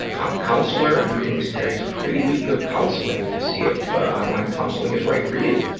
com counselor, and you can experience a free week of counseling to see if, ah, online counseling is right for you.